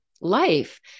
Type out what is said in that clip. life